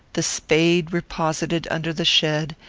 the spade reposited under the shed,